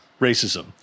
racism